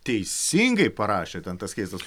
teisingai parašė ten tas keistas